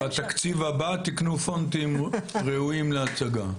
בתקציב הבא תקנו פונטים ראויים להצגה.